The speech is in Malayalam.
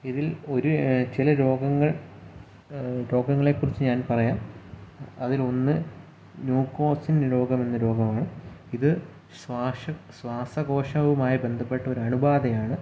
ഇതിൽ ഒരു ചില രോഗങ്ങൾ രോഗങ്ങളെ കുറിച്ച് ഞാൻ പറയാം അതിൽ ഒന്ന് നൂക്കോസിൻ രോഗം എന്ന രോഗമാണ് ഇത് ശ്വാസകോശവുമായി ബന്ധപ്പെട്ട ഒരു അണുബാധയാണ്